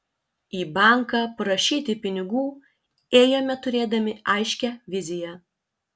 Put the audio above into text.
į banką prašyti pinigų ėjome turėdami aiškią viziją